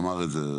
אמר את זה.